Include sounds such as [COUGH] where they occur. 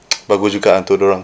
[NOISE] bagus juga untuk dia orang